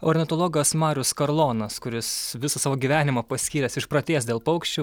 ornitologas marius karlonas kuris visą savo gyvenimą paskyręs išprotėjęs dėl paukščių